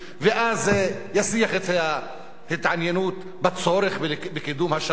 ואז זה יסיח את ההתעניינות בצורך בקידום השלום,